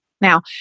Now